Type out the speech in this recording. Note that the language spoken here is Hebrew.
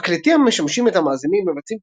המקלטים המשמשים את המאזינים מבצעים